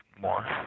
more